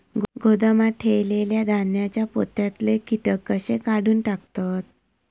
गोदामात ठेयलेल्या धान्यांच्या पोत्यातले कीटक कशे काढून टाकतत?